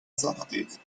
ساختید